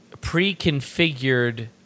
pre-configured